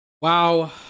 Wow